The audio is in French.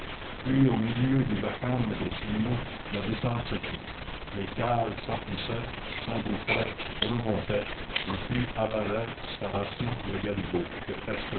puis au milieu du vacarme des signaux la descente se fit les cages s'emplissaient s'engouffraient remontaient le puits avalait sa ration de galibots de